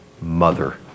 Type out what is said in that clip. mother